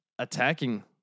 attacking